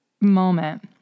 moment